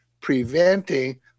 preventing